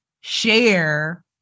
share